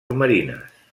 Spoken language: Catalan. marines